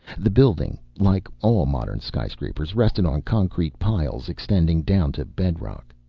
the building, like all modern sky-scrapers, rested on concrete piles extending down to bedrock.